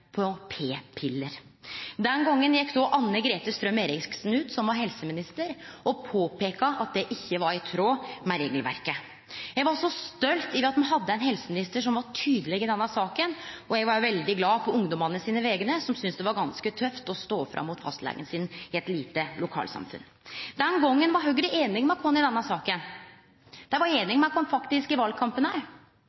Den gongen gjekk Anne-Grete Strøm-Erichsen, som då var helseminister, ut og påpeika at det ikkje var i tråd med regelverket. Eg var så stolt over at me hadde ein helseminister som var så tydeleg i denne saka, og eg var òg veldig glad på ungdommane sine vegner, som syntest det var ganske tøft å stå fram mot fastlegen sin i eit lite lokalsamfunn. Den gongen var Høgre einig med oss i denne saka – dei var